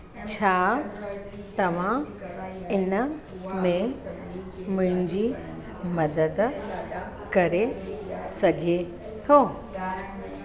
छा तव्हां हिन में मुंहिंजी मदद करे सघे थो